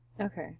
Okay